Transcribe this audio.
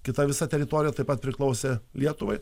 kita visa teritorija taip pat priklausė lietuvai